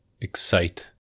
excite